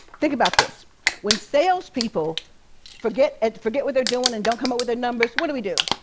think about this when salespeople forget and forget what they're doing and don't come up with their numbers, what do we do?